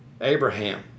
Abraham